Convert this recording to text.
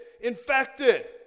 Infected